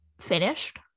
finished